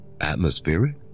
atmospheric